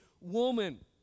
woman